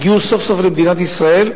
הגיעו סוף-סוף למדינת ישראל,